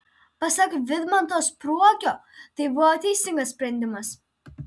pasak vidmanto spruogio tai buvo teisingas sprendimas